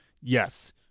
yes